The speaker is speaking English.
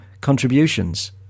contributions